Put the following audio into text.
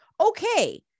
Okay